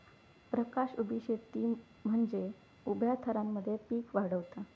प्रकाश उभी शेती म्हनजे उभ्या थरांमध्ये पिका वाढवता